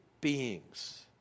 beings